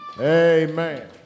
Amen